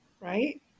Right